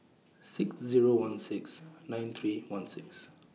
six Zero one six nine three one six